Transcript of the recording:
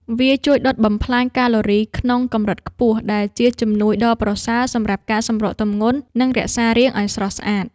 វាជួយដុតបំផ្លាញកាឡូរីក្នុងកម្រិតខ្ពស់ ដែលជាជំនួយដ៏ប្រសើរសម្រាប់ការសម្រកទម្ងន់ និងរក្សារាងឱ្យស្រស់ស្អាត។